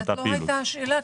זו לא היתה השאלה,